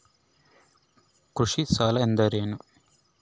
ಕೃಷಿ ಸಾಲ ಅಂದರೇನು?